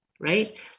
Right